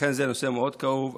לכן זה נושא מאוד כאוב.